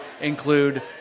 include